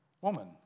Woman